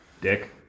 Dick